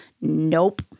nope